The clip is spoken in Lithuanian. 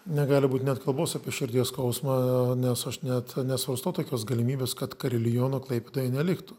negali būt net kalbos apie širdies skausmą nes aš net nesvarstau tokios galimybės kad kariliono klaipėdoje neliktų